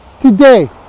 today